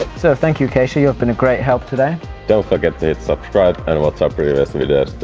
thank you keisha you've been a great help today don't forget to hit subscribe and watch our previous videos.